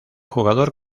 jugador